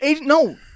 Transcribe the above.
No